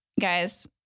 guys